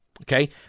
Okay